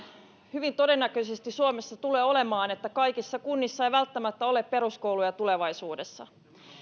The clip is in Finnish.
hyvin todennäköisesti suomessa tulee olemaan että kaikissa kunnissa ei välttämättä ole peruskouluja tulevaisuudessa